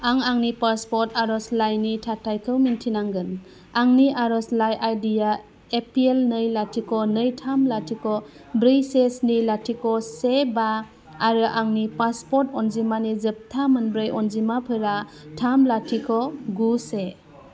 आं आंनि पासपर्ट आर'जलाइनि थाथायखौ मिन्थिनांगोन आंनि आर'जलाइ आइडि या एपिएल नै लाथिख' नै थाम लाथिख' ब्रै से स्नि लाथिख' से बा आरो आंनि पासपर्ट अनजिमानि जोबथा मोनब्रै अनजिमाफोरा थाम लाथिख' गु से